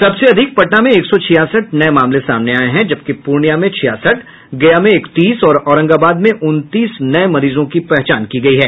सबसे अधिक पटना में एक सौ छियासठ नये मामले सामने आये हैं जबकि पूर्णिया में छियासठ गया में इकतीस और औरंगाबाद में उनतीस नये मरीजों की पहचान हुई है